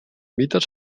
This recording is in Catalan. mites